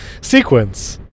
sequence